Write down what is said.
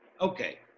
Okay